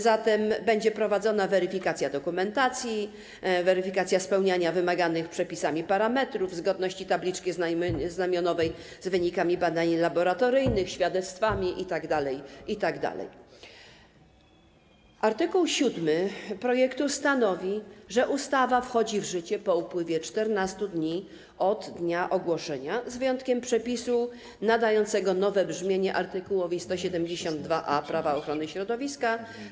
Zatem będzie prowadzona weryfikacja dokumentacji, weryfikacja spełniania wymaganych przepisami parametrów, zgodności tabliczki znamionowej z wynikami badań laboratoryjnych, świadectwami itd. Art. 7 projektu stanowi, że ustawa wchodzi w życie po upływie 14 dni od dnia ogłoszenia, z wyjątkiem przepisu nadającego nowe brzmienie art. 172a Prawa ochrony środowiska.